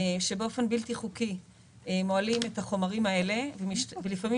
והיא שבאופן בלתי חוקי מוהלים את החומרים האלה ולפעמים